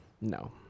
No